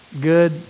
good